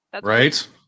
Right